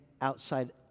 outside